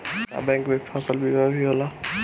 का बैंक में से फसल बीमा भी होला?